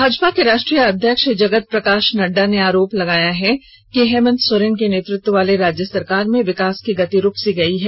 भाजपा के राष्ट्रीय अध्यक्ष जगत प्रकाश नड्डा ने आरोप लगाया है कि हेमंत सोरेन के नेतृत्व वाली राज्य सरकार में विकास की गति रूक गई है